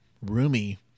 roomy